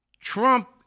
Trump